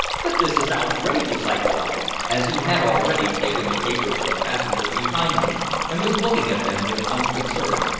but this is outrageous! i cried, as he had already taken the papers of a passenger behind me and was looking at them with unconcern.